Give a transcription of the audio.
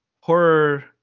horror